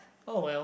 oh well